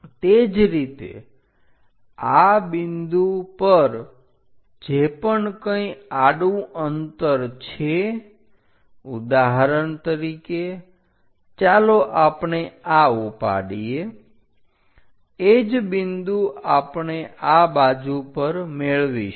તે જ રીતે આ બિંદુ પર જે પણ કંઈ આડુ અંતર છે ઉદાહરણ તરીકે ચાલો આપણે આ ઉપાડીએ એ જ બિંદુ આપણે આ બાજુ પર મેળવીશું